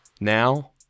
Now